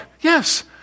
Yes